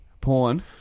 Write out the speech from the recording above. Porn